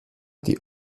die